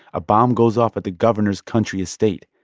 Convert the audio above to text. a bomb goes off at the governor's country estate.